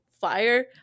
fire